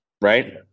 Right